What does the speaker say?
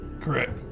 Correct